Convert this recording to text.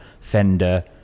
Fender